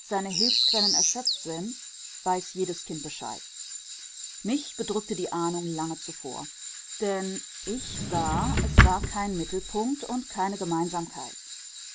seine hilfsquellen erschöpft sind weiß jedes kind bescheid mich bedrückte die ahnung lange zuvor denn ich sah es war kein mittelpunkt und keine gemeinsamkeit